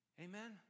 Amen